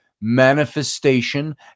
manifestation